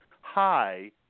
high